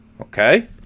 okay